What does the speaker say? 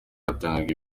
yatangaga